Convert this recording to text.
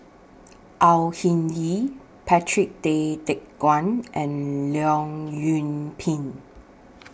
Au Hing Yee Patrick Tay Teck Guan and Leong Yoon Pin